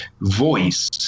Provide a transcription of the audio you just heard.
voice